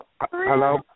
Hello